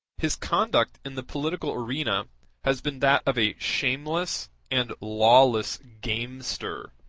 his conduct in the political arena has been that of a shameless and lawless gamester.